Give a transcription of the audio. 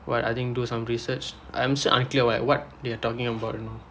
what I think do some research I'm still unclear right what they are talking about you know